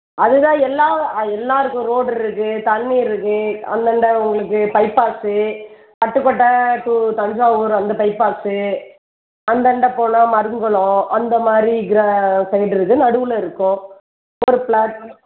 அது தான் எல்லா ஆ எல்லாம் இருக்கும் ரோடு இருக்குது தண்ணி இருக்குது அந்தாண்ட உங்களுக்கு பைபாஸ்ஸு பட்டுக்கோட்டை டு தஞ்சாவூர் அந்த பைபாஸ்ஸு அந்தாண்ட போனால் மருங்கொளம் அந்த மாதிரி கிர சைடு இருக்குது நடுவில் இருக்கும் ஒரு ஃப்ளாட்